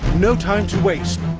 no time to waste!